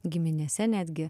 giminėse netgi